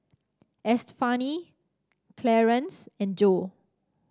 Estefani Clarence and Joe